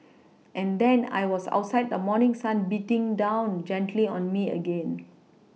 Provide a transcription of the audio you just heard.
and then I was outside the morning sun beating down gently on me again